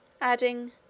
adding